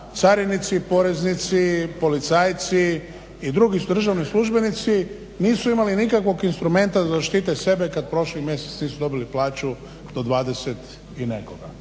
carinici, poreznici, policajci i drugi državni službenici nisu imali nikakvog instrumenta da zaštite sebe kada prošli mjesec nisu dobili plaću do 20.i nekoga